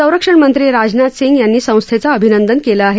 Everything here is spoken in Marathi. संरक्षण मंत्री राजनाथ सिंग यांनी संस्थेचं अभिनंदन केलं आहे